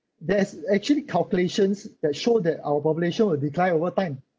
there's actually calculations that show that our population will decline over time